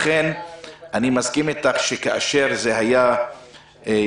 לכן אני מסכים איתך שכאשר זה היה לעת